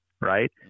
right